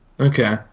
Okay